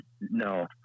No